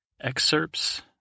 excerpts